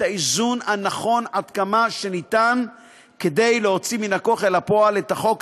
האיזון הנכון עד כמה שניתן כדי להוציא מן הכוח אל הפועל את החוק,